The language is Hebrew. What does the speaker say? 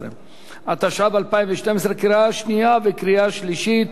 12), התשע"ב 2012, קריאה שנייה וקריאה שלישית,